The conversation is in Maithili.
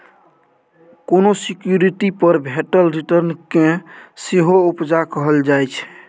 कोनो सिक्युरिटी पर भेटल रिटर्न केँ सेहो उपजा कहल जाइ छै